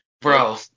Bro